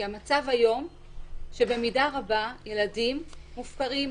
כי המצב היום שבמידה רבה ילדים מופקרים.